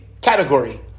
category